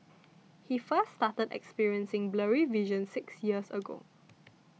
he first started experiencing blurry vision six years ago